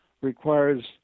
requires